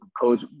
Coach